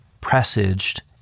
presaged